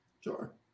Sure